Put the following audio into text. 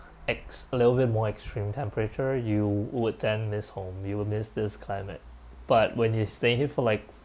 ex~ a little bit more extreme temperature you would then miss home you will miss this climate but when you stay here for like